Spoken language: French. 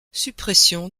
suppression